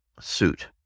suit